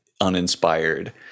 uninspired